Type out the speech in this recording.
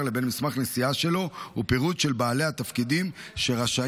לבין מסמך נסיעה שלו ופירוט של בעלי התפקידים שרשאים